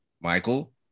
Michael